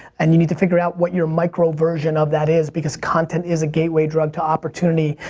and you need to figure out what your micro-version of that is, because content is a gateway drug to opportunity,